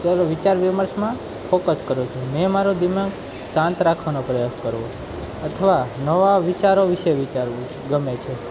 ત્યારે વિચાર વિમર્શમાં ફોકસ કરું છું મેં મારું દિમાગ શાંત રાખવાનો પ્રયાસ કરવો અથવા નવા વિચારો વિશે વિચારવું ગમે છે